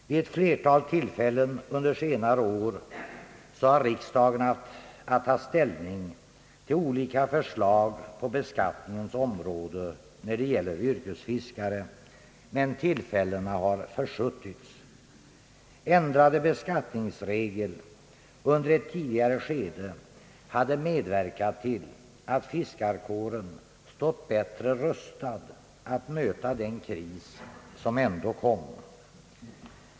Vid ett flertal tillfällen under senare år har riksdagen haft att ta ställning till olika förslag på beskattningens område, när det gäller yrkesfiskare, men dessa tillfällen bar försuttits. Ändrade beskattningsregler under ett tidigare skede hade medverkat till att fiskarkåren nu hade stått bättre rustad att möta den kris som ändå kommit.